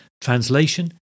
translation